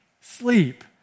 sleep